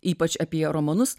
ypač apie romanus